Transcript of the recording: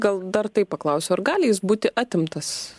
gal dar taip paklausiu ar gali jis būti atimtas